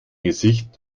gesicht